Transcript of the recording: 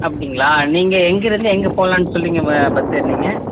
அப்படிங்களா நீங்கள் எங்கேருந்து எங்கே போகலான்னு சொல்லிங்க பஸ் ஏறுனீங்க